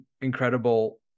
incredible